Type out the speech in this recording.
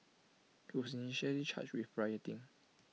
he was initially charge with rioting